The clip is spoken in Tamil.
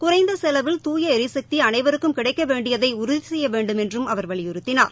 குறைந்த செலவில் தூய ளரிசக்தி அனைவருக்கும் கிடைக்க வேண்டியதை உறுதி செய்ய வேண்டும் என்றும் அவர் வலியுறுத்தினார்